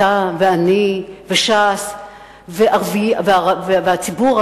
אתה ואני וש"ס והציבור,